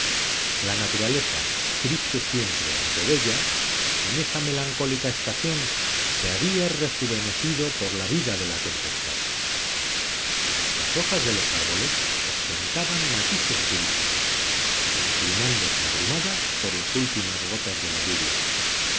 la naturaleza triste siempre aunque bella en esa melancólica estación se había rejuvenecido con la vida de la tempestad las hojas de los árboles ostentaban matices purísimos inclinándose abrumadas por las últimas gotas de la lluvia